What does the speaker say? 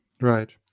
Right